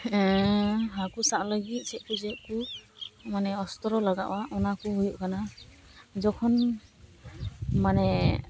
ᱦᱟᱹᱠᱩ ᱥᱟᱵ ᱞᱟᱹᱜᱤᱫ ᱪᱮᱫ ᱠᱚ ᱪᱮᱫ ᱠᱚ ᱢᱟᱱᱮ ᱚᱥᱛᱚᱨᱚ ᱞᱟᱜᱟᱜᱼᱟ ᱚᱱᱟ ᱠᱚ ᱦᱩᱭᱩᱜ ᱠᱟᱱᱟ ᱡᱚᱠᱷᱚᱱ ᱢᱟᱱᱮ